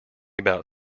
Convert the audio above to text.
about